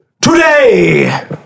today